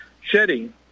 shedding